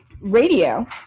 radio